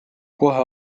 kohe